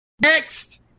Next